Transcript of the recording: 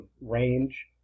range